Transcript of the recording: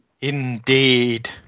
Indeed